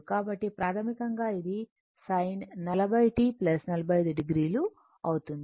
కాబట్టి ప్రాథమికంగా ఇది sin 40 t 45 o అవుతుంది